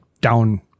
down